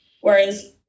whereas